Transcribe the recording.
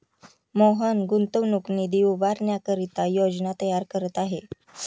मोहन गुंतवणूक निधी उभारण्याकरिता योजना तयार करत आहे